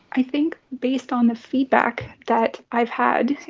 i think based on the feedback that i've had,